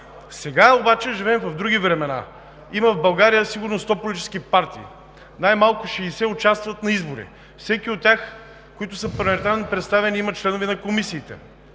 Сега обаче живеем в други времена. В България има сигурно сто политически партии. Най-малко 60 участват на избори. Всяка от тях, които са парламентарно представени, имат членове на комисиите,